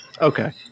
Okay